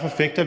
forfægter